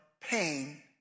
pain